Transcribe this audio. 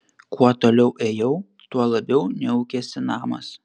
kuo toliau ėjau tuo labiau niaukėsi namas